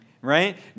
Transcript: right